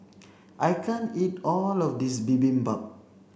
I can't eat all of this Bibimbap